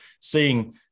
seeing